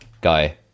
guy